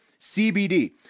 CBD